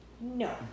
No